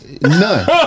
None